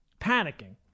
panicking